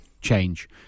change